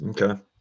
okay